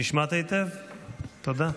נשמעת היטב, תודה.